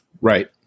Right